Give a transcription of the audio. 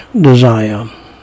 desire